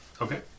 Okay